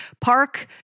Park